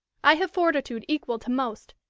i have fortitude equal to most,